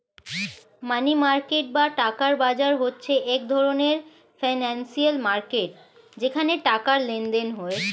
মানি market বা টাকার বাজার হচ্ছে এক ধরণের ফিনান্সিয়াল মার্কেট যেখানে টাকার লেনদেন হয়